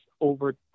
over